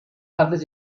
partes